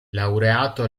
laureato